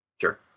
Sure